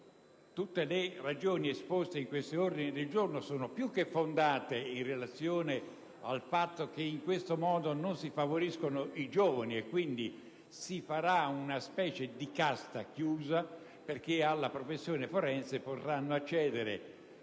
tutte le ragioni esposte in questi ordini del giorno sono più che fondate, relativamente alla circostanza che in questo modo non si favoriscono i giovani e che si creerà una sorta di casta chiusa, perché alla professione forense potranno accedere